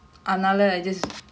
uh ya